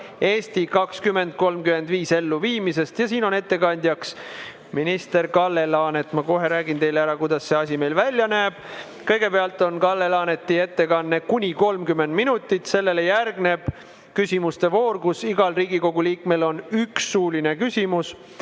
"Eesti 2035" elluviimisest, ettekandja on minister Kalle Laanet. Ma kohe räägin teile, kuidas see asi meil välja näeb. Kõigepealt on Kalle Laaneti ettekanne, kuni 30 minutit, sellele järgnevad küsimuste voor, igal Riigikogu liikmel on üks suuline küsimus,